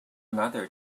mother